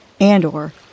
and/or